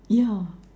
yeah